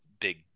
big